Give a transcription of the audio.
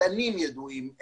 מדענים ידועים,